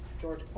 George